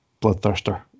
bloodthirster